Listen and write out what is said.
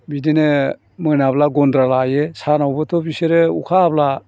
बिदिनो मोनाब्ला गन्द्रा लायो सानावबोथ' बिसोरो अखा हाब्ला